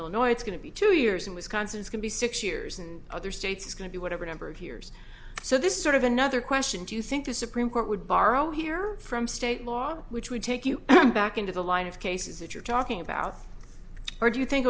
illinois it's going to be two years in wisconsin's can be six years in other states is going to be whatever number of years so this sort of another question do you think the supreme court would borrow here from state law which would take you back into the line of cases that you're talking about or do you think